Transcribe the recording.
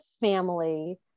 family